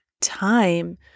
time